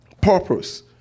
purpose